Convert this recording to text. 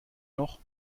noch